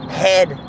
head